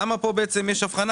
למה פה יש הבחנה?